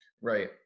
right